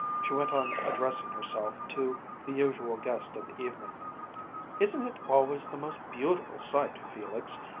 she went on addressing herself to the usual guest of the evening isn't it always the most beautiful sight, felix,